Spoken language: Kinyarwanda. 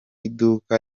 iduka